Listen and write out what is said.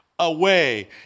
away